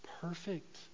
perfect